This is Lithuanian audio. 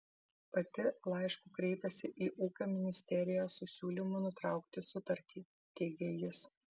pati laišku kreipėsi į ūkio ministeriją su siūlymu nutraukti sutartį teigė jis